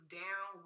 down